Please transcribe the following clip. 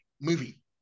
movie